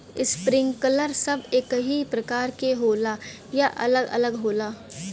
Sprinkler सब एकही प्रकार के होला या अलग अलग होला?